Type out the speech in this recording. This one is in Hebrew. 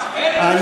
למה,